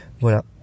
voilà